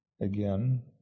again